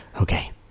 Okay